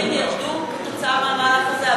האם המחירים ירדו כתוצאה מהמהלך הזה?